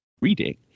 reading